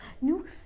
new